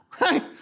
Right